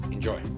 Enjoy